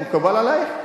מקובל עלייך?